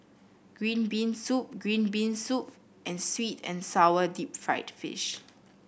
green been soup green been soup and sweet and sour Deep Fried Fish